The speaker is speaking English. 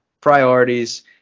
priorities